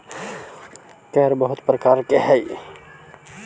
कर बहुत प्रकार के हई